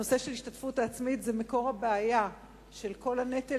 הנושא של ההשתתפות העצמית זה מקור הבעיה של כל הנטל